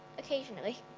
occasionally.